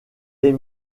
est